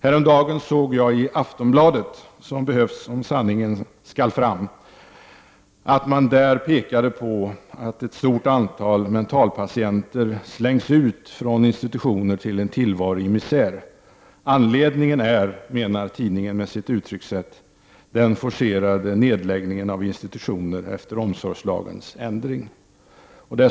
Häromdagen såg jag att man i Aftonbladet — som behövs om sanningen skall fram — pekat på att ett stort antal mentalpatienter slängs ut från institutioner till en tillvaro i misär. Anledningen är, menar tidningen, den forcerade nedläggningen av institutioner efter omsorgslagens ändring.